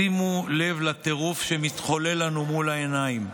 שימו לב לטירוף שמתחולל לנו מול העיניים.